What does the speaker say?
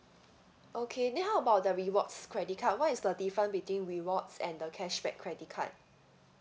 okay then how about the rewards credit card what is the different between rewards and the cashback credit card